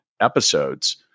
episodes